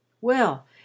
Well